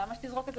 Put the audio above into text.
למה שתזרוק?